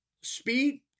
speed